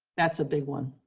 that's a big one.